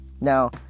Now